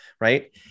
right